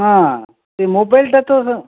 ହଁ ସେଇ ମୋବାଇଲ୍ଟା ତ